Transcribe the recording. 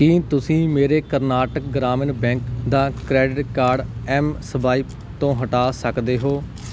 ਕੀ ਤੁਸੀਂਂ ਮੇਰੇ ਕਰਨਾਟਕ ਗ੍ਰਾਮੀਣ ਬੈਂਕ ਦਾ ਕਰੇਡਿਟ ਕਾਰਡ ਐੱਮ ਸਵਾਇਪ ਤੋਂ ਹਟਾ ਸਕਦੇ ਹੋ